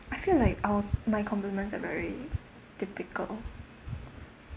I feel like our my compliments are very typical